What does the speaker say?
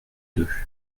deux